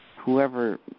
whoever